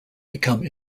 become